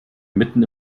mitten